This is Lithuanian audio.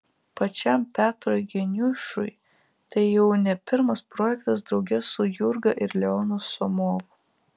pačiam petrui geniušui tai jau ne pirmas projektas drauge su jurga ir leonu somovu